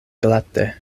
glate